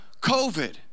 COVID